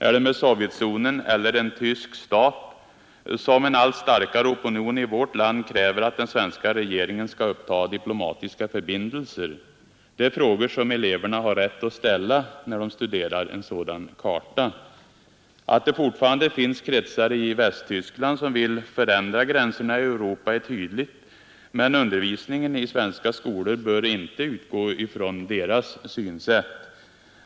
Är det med Sovjetzonen eller med en tysk stat som en allt starkare opinion i vårt land kräver att den svenska regeringen skall uppta diplomatiska förbindelser? Det är frågor som eleverna har rätt att ställa när de studerar en sådan karta. Att det fortfarande finns kretsar i Västtyskland som vill förändra gränserna i Europa är tydligt, men undervisningen i svenska skolor bör inte utgå från deras synsätt.